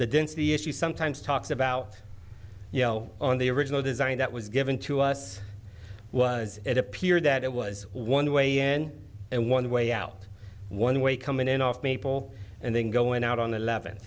the density issue sometimes talks about yele on the original design that was given to us was it appeared that it was one way n and one way out one way coming in off maple and then going out on the eleventh